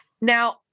Now